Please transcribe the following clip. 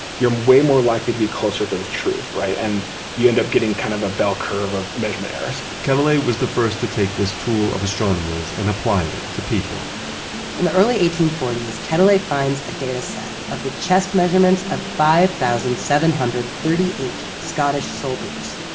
you're um way more likely to be closer to the truth, right? and you end up getting kind of a bell curve of measurement errors kind of quetelet was the first to take this tool of astronomers and apply it to people in the early eighteen forty s, quetelet finds a data set of the chest measurements of five thousand seven hundred and thirty eight scottish soldiers.